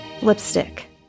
Lipstick